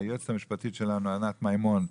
היועצת המשפטית שלנו, ענת מימון,